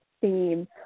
theme